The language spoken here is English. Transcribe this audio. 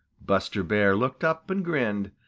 buster bear looked up and grinned,